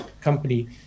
company